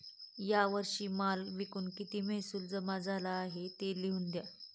या वर्षी माल विकून किती महसूल जमा झाला आहे, ते लिहून द्या